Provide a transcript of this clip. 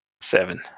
Seven